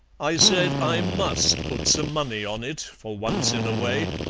i said i must put some money on it, for once in a way,